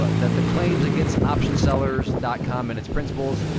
but that the claims against optionsellers dot com and its principals,